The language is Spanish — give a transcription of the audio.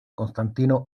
constantino